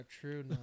true